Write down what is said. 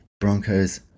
Broncos